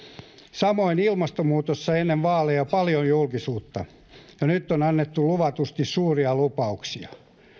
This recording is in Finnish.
samoin ilmastonmuutos sai ennen vaaleja paljon julkisuutta ja nyt on annettu luvatusti suuria lupauksia